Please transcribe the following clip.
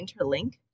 interlink